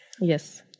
Yes